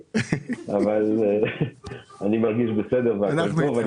אני מרגיש בסדר והכול טוב.